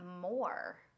more